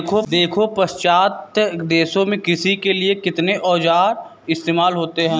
देखो पाश्चात्य देशों में कृषि के लिए कितने औजार इस्तेमाल होते हैं